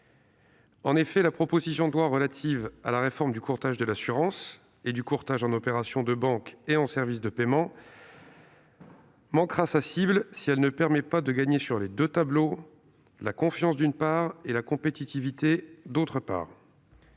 En effet, la proposition de loi relative à la réforme du courtage de l'assurance et du courtage en opérations de banque et en services de paiement manquera sa cible si elle ne permet pas de gagner sur les deux tableaux : la confiance, d'une part ; la compétitivité, d'autre part.